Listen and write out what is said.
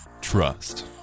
trust